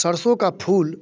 सरसों का फूल